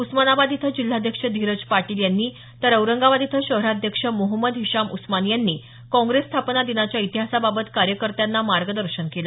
उस्मानाबाद इथं जिल्हाध्यक्ष धीरज पाटील यांनी तर औरंगाबाद इथं शहराध्यक्ष मोहमंद हिशाम उस्मानी यांनी काँग्रेस स्थापना दिनाच्या इतिहासाबाबत कार्यकर्त्यांना मार्गदर्शन केलं